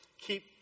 Keep